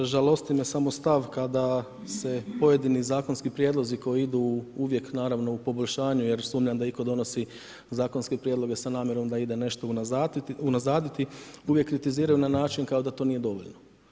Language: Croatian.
Žalosti me samo stav kada se pojedini zakonski prijedlozi koji idu uvijek naravno u poboljšanju jer sumnjam da itko donosi zakonske prijedloge sa namjerom da ide nešto unazaditi, uvijek kritiziraju na način kao da to nije dovoljno.